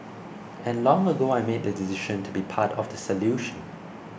and long ago I made the decision to be part of the solution